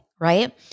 right